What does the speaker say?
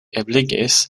ebligis